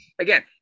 again